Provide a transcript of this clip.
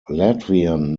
latvian